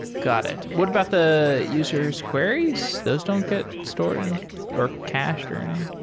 got it. what about the user s queries? those don't get stored and or cached or anything?